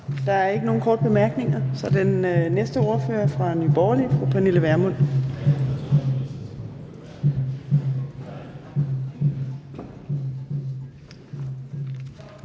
Der er ikke nogen korte bemærkninger, så den næste ordfører er fra Nye Borgerlige, fru Pernille Vermund.